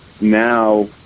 now